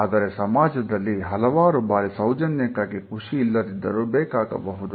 ಆದರೆ ಸಮಾಜದಲ್ಲಿ ಹಲವಾರು ಬಾರಿ ಸೌಜನ್ಯಕ್ಕಾಗಿ ಖುಷಿ ಇಲ್ಲದಿದ್ದರೂ ಬೇಕಾಗಬಹುದು